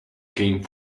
game